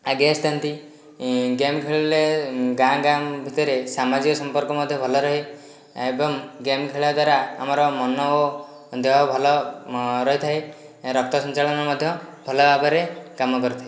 ଆଗେଇ ଆସିଥାନ୍ତି ଗେମ୍ ଖେଳିଲେ ଗାଁ ଗାଁ ଭିତରେ ସାମାଜିକ ସମ୍ପର୍କ ମଧ୍ୟ ଭଲ ରହେ ଏବଂ ଗେମ୍ ଖେଳିବା ଦ୍ୱାରା ଆମର ମନ ଓ ଦେହ ଭଲ ରହିଥାଏ ରକ୍ତ ସଞ୍ଚାଳନ ମଧ୍ୟ ଭଲ ଭାବରେ କାମ କରିଥାଏ